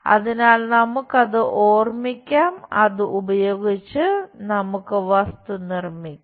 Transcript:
അതിനാൽ നമുക്ക് അത് ഓർമിക്കാം അത് ഉപയോഗിച്ച് നമുക്ക് വസ്തു നിർമ്മിക്കാം